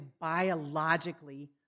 biologically